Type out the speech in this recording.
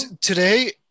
Today